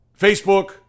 Facebook